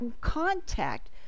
contact